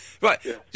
Right